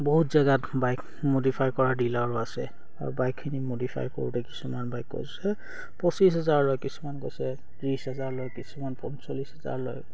বহুত জেগাত bike modify কৰা ডিলাৰো আছে আৰু বাইকখিনি মডিফাই কৰোঁতে কিছুমান বাইক কৈছে পঁচিছ হোজাৰ লয় কিছুমান কৈছে ত্ৰিছ হেজাৰ লয় কিছুমান পঞ্চলিছ হেজাৰ লয়